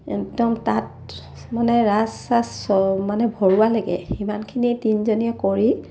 একদম তাত মানে ৰাচ চাঁচ মানে ভৰোৱা লৈকে সিমানখিনি তিনিজনীয়ে কৰি